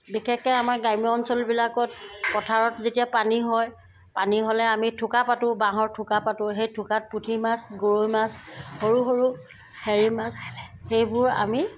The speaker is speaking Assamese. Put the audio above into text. বিশেষকৈ আমাৰ গ্ৰাম্য অঞ্চলবিলাকত পথাৰত যেতিয়া পানী হয় পানী হ'লে আমি ঠোকা পাতোঁ বাঁহৰ ঠোকা পাতোঁ সেই ঠোকাত পুঠিমাছ গৰৈ মাছ সৰু সৰু হেৰি মাছ সেইবোৰ আমি